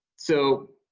so,